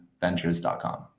Ventures.com